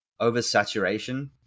oversaturation